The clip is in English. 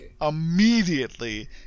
immediately